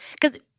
Because-